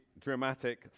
dramatic